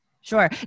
sure